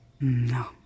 No